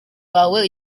wawe